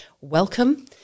Welcome